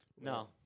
No